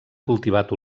cultivat